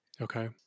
okay